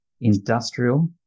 industrial